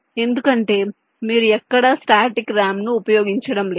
ఎందుకంటే మీరు ఎక్కడా స్టాటిక్ ర్యామ్ను ఉపయోగించడం లేదు